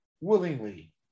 willingly